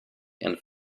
and